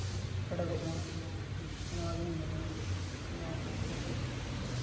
ᱯᱷᱮᱰᱚᱜᱚ ᱢᱟ ᱱᱚᱣᱟᱜᱤᱧ ᱢᱮᱱᱟ ᱱᱚᱣᱟ ᱠᱚ ᱤᱫᱤ ᱠᱟᱛᱮᱫ